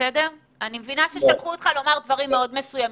אני מבינה ששלחו אותך לומר דברים מאוד מסוימים.